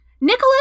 Nicholas